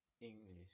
English